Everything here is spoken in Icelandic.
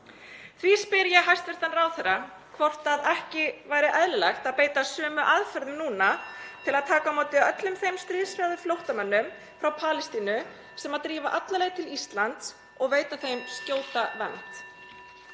Því spyr ég hæstv. ráðherra hvort ekki væri eðlilegt að beita sömu aðferðum núna (Forseti hringir.) til að taka á móti öllum þeim stríðshrjáðu flóttamönnum frá Palestínu sem drífa alla leið til Íslands og veita þeim skjóta vernd.